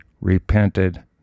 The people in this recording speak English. repented